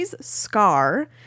scar